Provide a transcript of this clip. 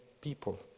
people